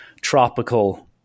tropical